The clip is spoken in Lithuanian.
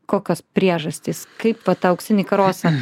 kokios priežastys kaip vat tą auksinį karosą